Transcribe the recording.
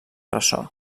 ressò